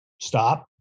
Stop